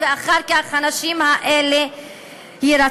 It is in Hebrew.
ואחר כך הנשים האלה יירצחו.